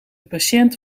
patiënt